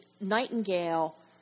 Nightingale